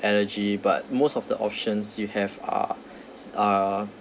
allergy but most of the options you have are uh